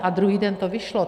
A druhý den to vyšlo.